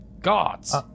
Gods